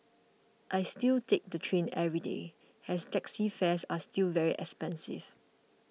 I still take the train every day as taxi fares are still very expensive